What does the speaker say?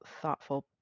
thoughtful